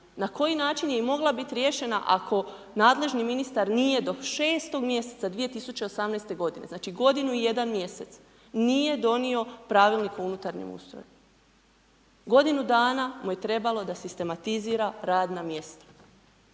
Na koji način je i mogla bit riješena ako nadležni ministar nije do 6. mj. 2018. g., znači godinu i 1 mj., nije donio Pravilnik o unutarnjem ustroju? Godinu dana mu je trebalo da sistematizira radna mjesta.